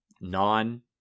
non